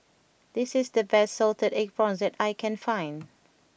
this is the best Salted Egg Prawns that I can find